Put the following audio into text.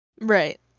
right